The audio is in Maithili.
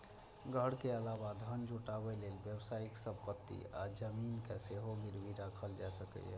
घर के अलावा धन जुटाबै लेल व्यावसायिक संपत्ति आ जमीन कें सेहो गिरबी राखल जा सकैए